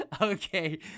Okay